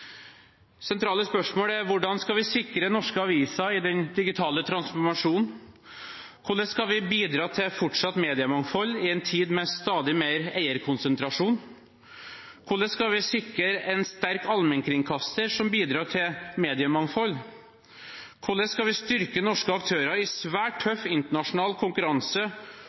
Sentrale spørsmål er: Hvordan skal vi sikre norske aviser i den digitale transformasjonen? Hvordan skal vi bidra til fortsatt mediemangfold i en tid med stadig mer eierkonsentrasjon? Hvordan skal vi sikre en sterk allmennkringkaster som bidrar til mediemangfold? Hvordan skal vi styrke norske aktører i en svært tøff internasjonal konkurranse?